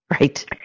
Right